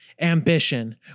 Ambition